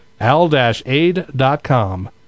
al-aid.com